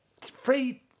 free